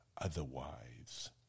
otherwise